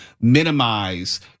minimize